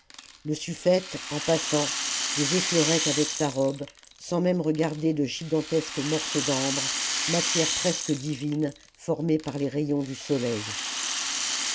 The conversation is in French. le suffète en passant les effleurait avec sa robe sans même regarder de gigantesques morceaux d'ambre matière presque divine formée par les rayons du soleil